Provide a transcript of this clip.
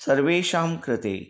सर्वेषां कृते